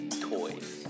toys